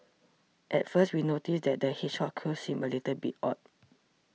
at first we noticed that the hedgehog's quills seemed a little bit odd